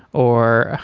or